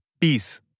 peace